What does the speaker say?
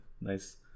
Nice